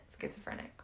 schizophrenic